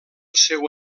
seu